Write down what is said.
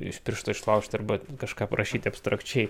iš piršto išlaužti arba kažką parašyti abstrakčiai